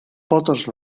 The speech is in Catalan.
potes